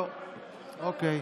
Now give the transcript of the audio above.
אוקיי.